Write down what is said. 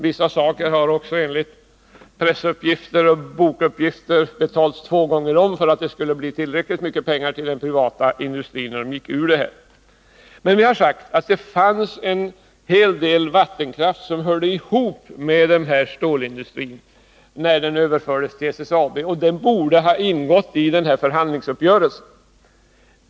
Vissa saker har enligt pressuppgifter och bokuppgifter också betalats två gånger om, för att det skulle bli tillräckligt mycket pengar till den privata industrin när den drog sig ur. Vi har tidigare sagt att det fanns en hel del vattenkraft som hörde ihop med den stålindustri som borde överföras till SSAB. Den borde ha ingått i förhandlingsuppgörelsen.